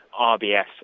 RBS